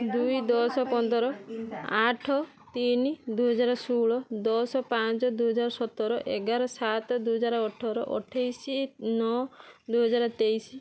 ଦୁଇ ଦଶ ପନ୍ଦର ଆଠ ତିନି ଦୁଇ ହଜାର ଷୋହଳ ଦଶ ପାଞ୍ଚ ଦୁଇ ହଜାର ସତର ଏଗାର ସାତ ଦୁଇ ହଜାର ଅଠର ଅଠେଇଶି ନଅ ଦୁଇ ହଜାର ତେଇଶି